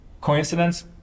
Coincidence